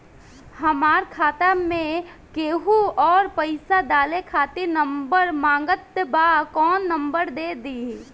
हमार खाता मे केहु आउर पैसा डाले खातिर नंबर मांगत् बा कौन नंबर दे दिही?